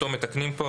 ובכל מקום,